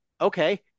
okay